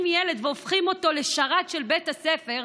ילד והופכים אותו לשרת של בית הספר,